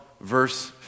verse